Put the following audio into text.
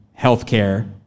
healthcare